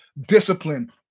discipline